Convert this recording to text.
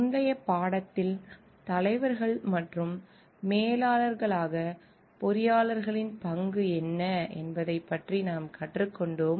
முந்தைய பாடத்தில் தலைவர்கள் மற்றும் மேலாளர்களாக பொறியாளர்களின் பங்கு பற்றி நாம் கற்றுக்கொண்டோம்